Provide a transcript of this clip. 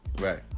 Right